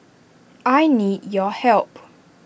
I need your help